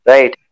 Right